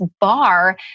bar